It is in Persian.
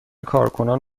کارکنان